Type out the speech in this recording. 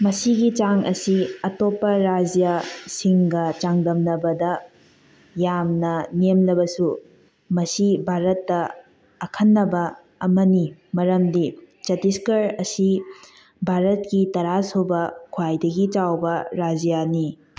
ꯃꯁꯤꯒꯤ ꯆꯥꯡ ꯑꯁꯤ ꯑꯇꯣꯞꯄ ꯔꯥꯖ꯭ꯌꯥꯁꯤꯡꯒ ꯆꯥꯡꯗꯝꯅꯕꯗ ꯌꯥꯝꯅ ꯅꯦꯝꯂꯕꯁꯨ ꯃꯁꯤ ꯚꯥꯔꯠꯇ ꯑꯈꯟꯅꯕ ꯑꯃꯅꯤ ꯃꯔꯝꯗꯤ ꯆꯠꯇꯤꯁꯒꯔ ꯑꯁꯤ ꯚꯥꯔꯠꯀꯤ ꯇꯔꯥꯁꯨꯕ ꯈ꯭ꯋꯥꯏꯗꯒꯤ ꯆꯥꯎꯕ ꯔꯥꯖ꯭ꯌꯥꯅꯤ